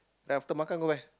then after makan go where